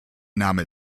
name